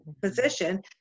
position